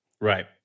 Right